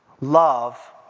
love